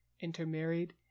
intermarried